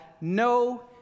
no